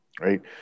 right